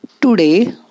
Today